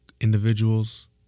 individuals